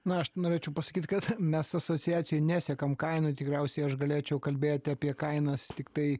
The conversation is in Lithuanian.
na aš norėčiau pasakyt kad mes asociacijoj nesekam kainų tikriausiai aš galėčiau kalbėti apie kainas tiktai